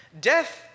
Death